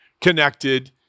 connected